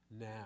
now